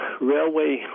railway